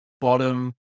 bottom